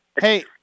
Hey